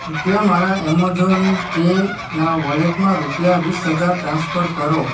કૃપયા મારા એમોઝોન પેના વૉલેટમાં રૂપિયા વીસ હજાર ટ્રાન્સફર કરો